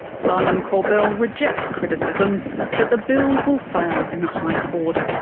simon corbell rejects criticisms that the bill will fail in the high court.